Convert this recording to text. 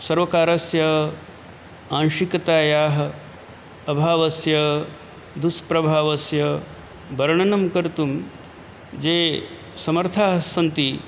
सर्वकारस्य आंशिकतायाः अभावस्य दुष्प्रभावस्य वर्णनं कर्तुं ये समर्थाः सन्ति